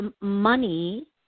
money